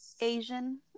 Asian